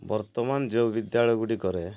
ବର୍ତ୍ତମାନ ଯେଉଁ ବିଦ୍ୟାଳୟ ଗୁଡ଼ିକରେ